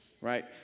right